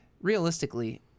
Realistically